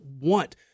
want